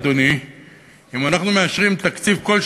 אדוני היושב-ראש, תודה רבה, תכף נברר את זה.